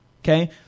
okay